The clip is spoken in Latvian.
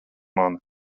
mani